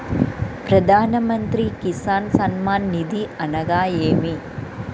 ప్రధాన మంత్రి కిసాన్ సన్మాన్ నిధి అనగా ఏమి?